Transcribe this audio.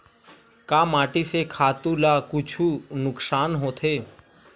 का माटी से खातु ला कुछु नुकसान होथे?